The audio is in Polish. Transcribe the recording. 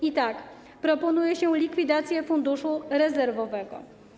I tak, proponuje się likwidację funduszu rezerwowego.